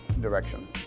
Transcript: direction